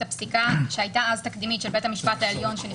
הפסיקה של בית המשפט העליון משנת 1954,